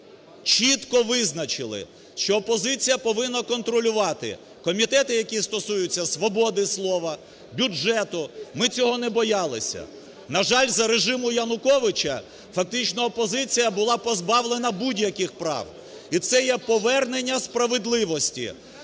чітко визначили, що опозиція повинна контролювати комітети, які стосуються свободи слова, бюджету. Ми цього не боялися. На жаль, за режиму Януковича фактично опозиція була позбавлена будь-яких прав, і це є повернення справедливості,